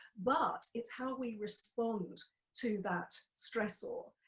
but it's how we respond to that stressor,